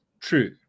true